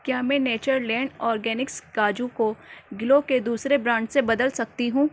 کیا میں nature land organics کاجو کو گلو کے دوسرے برانڈ سے بدل سکتی ہوں